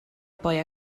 poi